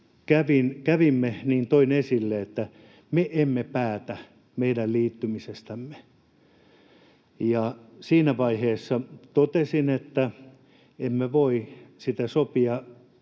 liittymisestä toin esille, me emme päätä meidän liittymisestämme. Siinä vaiheessa totesin, että emme voi sitä sopia